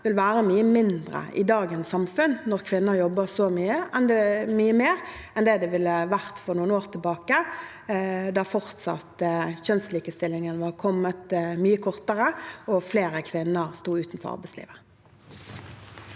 vil være mye mindre i dagens samfunn, når kvinner jobber så mye mer, enn det det ville vært for noen år tilbake, da kjønnslikestillingen var kommet mye kortere, og flere kvinner sto utenfor arbeidslivet.